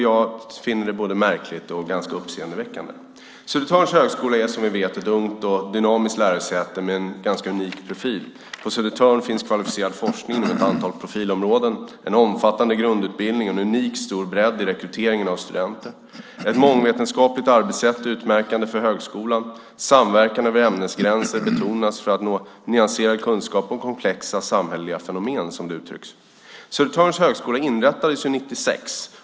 Jag finner det både märkligt och ganska uppseendeväckande. Södertörns högskola är som vi vet ett ungt och dynamiskt lärosäte med en ganska unik profil. På Södertörn finns kvalificerad forskning inom ett antal profilområden, en omfattande grundutbildning, en unikt stor bredd i rekryteringen av studenter och ett mångvetenskapligt arbetssätt utmärkande för högskolan. Samverkan över ämnesgränser betonas för att nå nyanserad kunskap om komplexa samhälleliga fenomen, som det uttrycks. Södertörns högskola inrättades 1996.